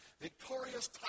victorious